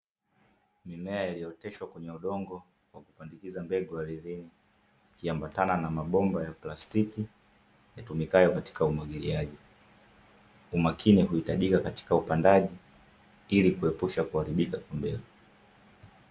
Mimea iliyooteshwa kwenye udongo kwa kupandikiza mbegu ardhini, ikiambatana na mabomba ya plastiki yatumikayo katika umwagiliaji. Umakini uhitajika katika upandaji ili kuepusha kuharibika kwa mbegu.